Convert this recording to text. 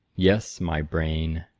yes, my brain.